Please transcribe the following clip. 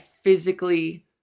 physically